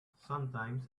sometimes